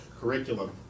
curriculum